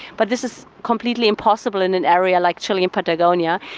but this is completely impossible in an area like chile and patagonia,